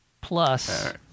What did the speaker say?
plus